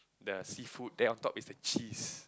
the seafood then on top is the cheese